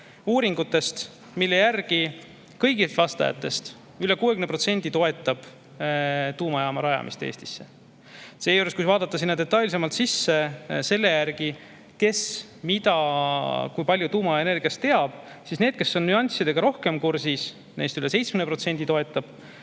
uuringutest, mille järgi kõigist vastajatest üle 60% toetab tuumajaama rajamist Eestisse. Seejuures, kui vaadata sinna detailsemalt sisse selle järgi, kui palju tuumaenergiast teatakse, siis neist, kes on nüanssidega rohkem kursis, üle 70% toetab,